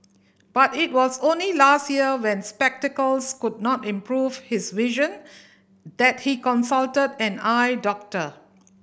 but it was only last year when spectacles could not improve his vision that he consulted an eye doctor